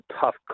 tough